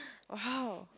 !wow!